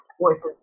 voices